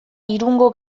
irungo